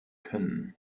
können